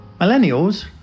millennials